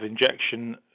injection